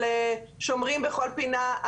על שומרים בכל פינה.